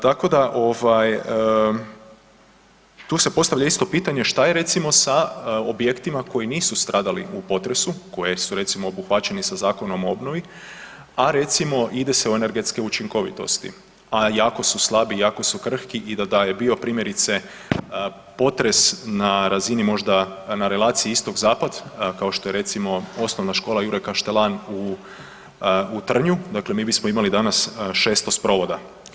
Tako da ovaj tu se postavlja isto pitanje šta je recimo sa objektima koji nisu stradali u potresu, koji su recimo obuhvaćeni sa Zakonom o obnovi, a recimo ide se u energetske učinkovitosti, a jako su slabi i jako su krhki i da je bio primjerice potres na razini možda na relaciji istok zapad kao što je recimo OŠ „Jure Kaštelan“ u Trnju, dakle mi bismo imali danas 600 sprovoda.